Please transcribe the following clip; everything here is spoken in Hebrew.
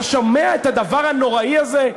אתה שומע את הדבר הנוראי הזה?